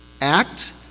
act